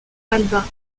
alba